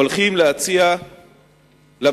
הולכים להציע לממשלה,